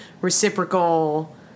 reciprocal